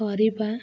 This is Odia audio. କରିିବା